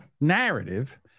narrative